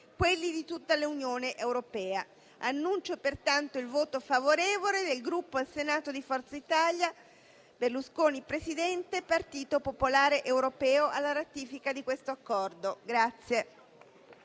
quelli di tutta l'Unione europea. Annuncio pertanto il voto favorevole del Gruppo Forza Italia-Berlusconi Presidente-Partito Popolare Europeo del Senato alla ratifica di questo Accordo.